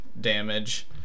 damage